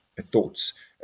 thoughts